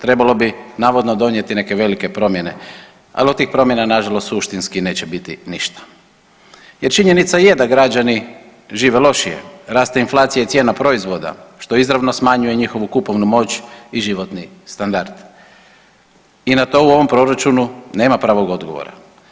Trebalo bi navodno donijeti neke velike promjene, al od tih promjena nažalost suštinski neće biti ništa jer činjenica je da građani žive lošije, raste inflacija cijena proizvoda što izravno smanjuje njihovu kupovnu moć i životni standard i na to u ovom proračunu nema pravog odgovora.